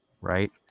Right